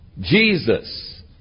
Jesus